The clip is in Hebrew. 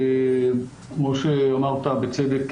כמו שאמרת בצדק,